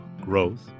Growth